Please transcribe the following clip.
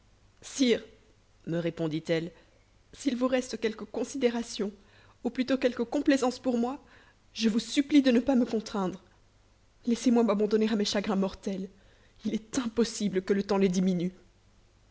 sire me répondit-elle s'il vous reste quelque considération ou plutôt quelque complaisance pour moi je vous supplie de ne me pas contraindre laissez-moi m'abandonner à mes chagrins mortels il est impossible que le temps les diminue